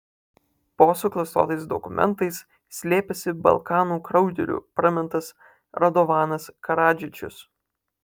po suklastotais dokumentais slėpėsi balkanų kraugeriu pramintas radovanas karadžičius